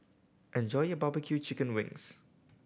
enjoy your barbecue chicken wings